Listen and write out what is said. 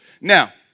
now